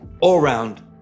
all-round